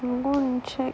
I go and check